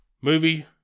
movie